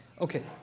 okay